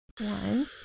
One